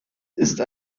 ist